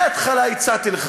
מה אני צריך להיכנס לזה עכשיו?